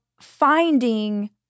finding